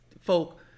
folk